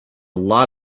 lot